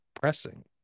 pressing